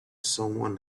someone